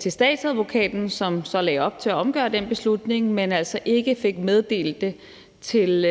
til statsadvokaten, som så lagde op til at omgøre den beslutning, men altså ikke fik meddelt det til